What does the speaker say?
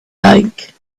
like